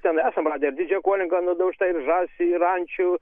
ten esam radę didžiaguolę gal nudaušta ir žąsį ir ančių